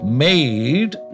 made